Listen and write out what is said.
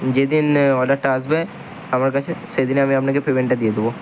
যেদিন অডারটা আসবে আমার কাছে সেদিনই আমি আপনাকে পেমেন্টটা দিয়ে দেবো